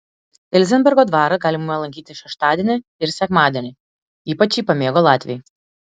ilzenbergo dvarą galima lankyti šeštadienį ir sekmadienį ypač jį pamėgo latviai